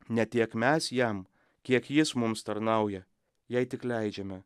ne tiek mes jam kiek jis mums tarnauja jei tik leidžiame